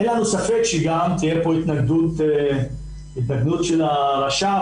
אין לנו ספק שגם תהיה כאן התנגדות של הרש"פ